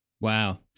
Wow